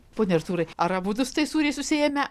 pone artūrai ar abudu su tais sūriais užsiėmę